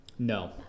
no